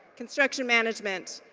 construction management,